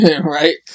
Right